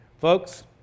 Folks